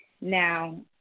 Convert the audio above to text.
Now